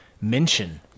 mention